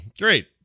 Great